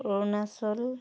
Arunachal